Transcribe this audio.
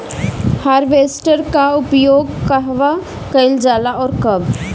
Harvester का उपयोग कहवा कइल जाला और कब?